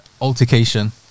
altercation